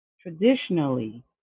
traditionally